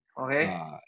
Okay